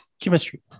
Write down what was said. Chemistry